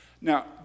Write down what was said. Now